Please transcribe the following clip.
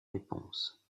réponse